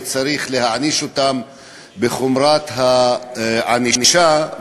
וצריך להעניש אותם בענישה חמורה,